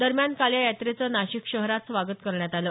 दरम्यान काल या यात्रेचं नाशिक शहरात स्वागत करण्यात आलं